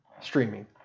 streaming